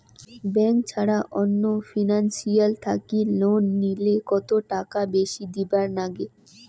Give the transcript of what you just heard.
Bank ছাড়া অন্য financial থাকি লোন নিলে কতটাকা বেশি দিবার নাগে?